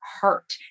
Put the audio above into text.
hurt